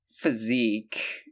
physique